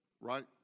right